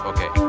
Okay